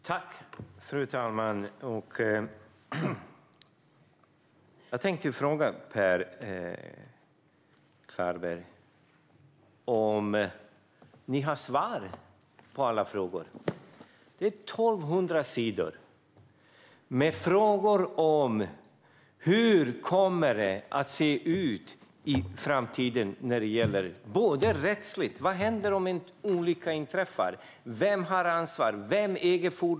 Fru talman! Jag tänkte fråga Per Klarberg om ni i Sverigedemokraterna har svar på alla frågor. I utredningen finns 1 200 sidor med frågor om hur det kommer att se ut i framtiden när det gäller det rättsliga. Vad händer om en olycka inträffar? Vem har ansvar? Vem äger fordonet?